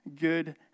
good